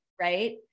Right